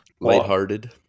lighthearted